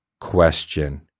question